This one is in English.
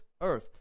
earth